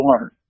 learn